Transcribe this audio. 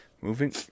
Moving